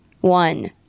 One